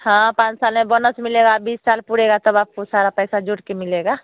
हाँ पाँच साल में बोनस मिलेगा बीस साल पूरेगा तब आपको सारा पैसा जुट के मिलेगा